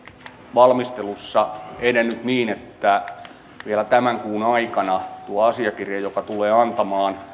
valmistelussa edennyt niin että vielä tämän kuun aikana meillä on päivämäärä jolloin tuo asiakirja joka tulee antamaan